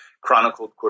chronicled